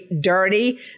dirty